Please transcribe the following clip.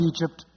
Egypt